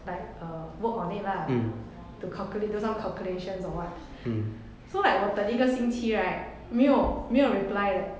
like err work on it lah to calculate do some calculations or what so like 我等一个星期 right 没有没有 leh